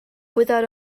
without